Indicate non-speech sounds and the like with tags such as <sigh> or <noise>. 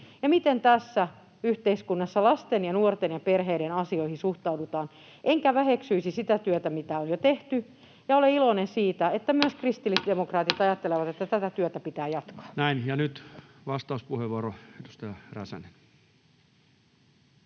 miten tässä yhteiskunnassa lasten ja nuorten ja perheiden asioihin suhtaudutaan, enkä väheksyisi sitä työtä, mitä on jo tehty, ja olen iloinen siitä, <noise> että myös kristillisdemokraatit ajattelevat, että tätä työtä pitää jatkaa. [Speech 100] Speaker: Toinen